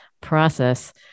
process